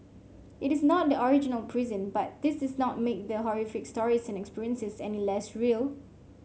it is not the original prison but this is not make the horrific stories and experiences any less real